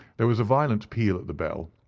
there was a violent peal at the bell,